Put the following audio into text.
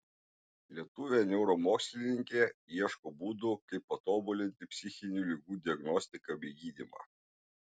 lietuvė neuromokslininkė ieško būdų kaip patobulinti psichinių ligų diagnostiką bei gydymą